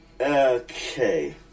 Okay